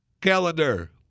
calendar